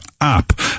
app